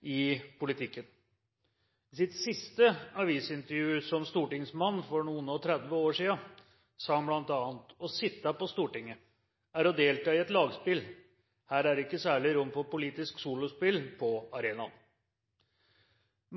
i politikken. I sitt siste avisintervju som stortingsmann, for noen og tretti år siden, sa han bl.a.: «Å sitte på Stortinget er å delta i et lagspill. Her er det ikke særlig rom for politiske solospill på arenaen.»